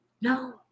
No